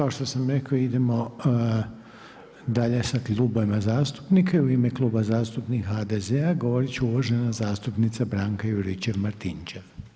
Kao što sam rekao idemo dalje sa klubovima zastupnika, u ime Kluba zastupnika HDZ-a govorit će uvažena zastupnika Branka Juričev-Martinčev.